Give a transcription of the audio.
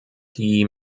die